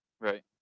Right